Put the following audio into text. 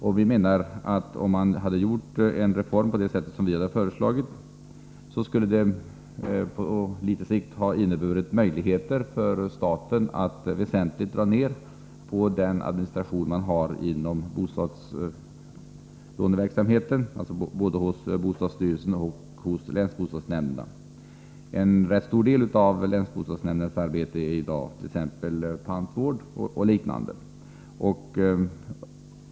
Om man hade genomfört en reform på det sätt vi har föreslagit, skulle det på litet sikt ha inneburit möjligheter för staten att väsentligt dra ner på administrationen inom bostadslåneverksamheten, både hos bostadsstyrelsen och hos länsbostadsnämnderna. En rätt stor del av länsbostadsnämndernas arbete är i dag t.ex. pantvård och liknande.